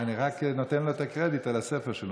אני רק נותן לו את הקרדיט לספר שלו,